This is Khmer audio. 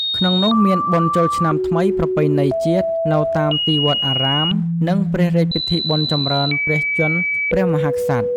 ក្នុងនោះមានបុណ្យចូលឆ្នាំថ្មីប្រពៃណីជាតិ នៅតាមទីវត្តអារាម និងព្រះរាជពិធីបុណ្យចម្រើនព្រះជន្មព្រះមហាក្សត្រ ។